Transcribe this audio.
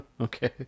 Okay